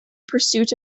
pursuit